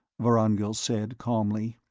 vorongil said calmly.